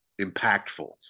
impactful